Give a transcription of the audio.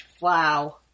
Wow